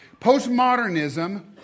Postmodernism